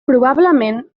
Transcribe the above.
probablement